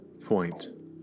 point